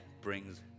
brings